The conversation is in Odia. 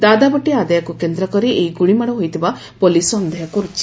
ଦାଦାବଟି ଆଦାୟକ କେନ୍ଦକରି ଏହି ଗ୍ରଳିମାଡ ହୋଇଥିବା ପ୍ରଲିସ ସନ୍ଦେହ କର୍ରଛି